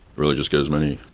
really just get as many